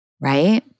right